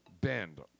bend